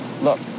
look